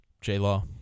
J-Law